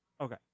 Okay